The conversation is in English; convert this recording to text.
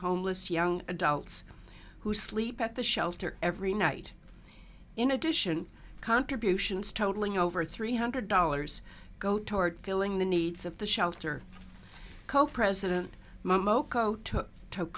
homeless young adults who sleep at the shelter every night in addition contributions totaling over three hundred dollars go toward filling the needs of the shelter co president